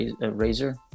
razor